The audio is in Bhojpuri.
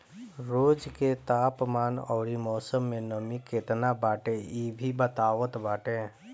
रोज के तापमान अउरी मौसम में नमी केतना बाटे इ भी बतावत बाटे